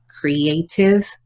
creative